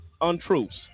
untruths